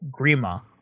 Grima